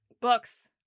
Books